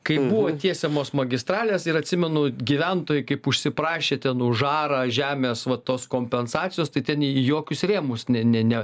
kai buvo tiesiamos magistralės ir atsimenu gyventojai kaip užsiprašė ten už arą žemės va tos kompensacijos tai ten į jokius rėmus ne ne ne